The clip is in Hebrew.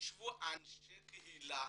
יישבו יחד אנשי קהילה,